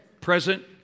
present